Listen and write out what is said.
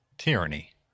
Tyranny